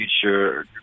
future